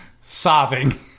sobbing